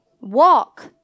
Walk